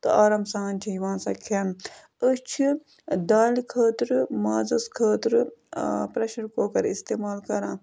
تہٕ آرام سان چھِ یِوان سۄ کھٮ۪نہٕ أسۍ چھِ دالہِ خٲطرٕ مازَس خٲطرٕ پرٛٮ۪شَر کُکَر اِستعمال کَران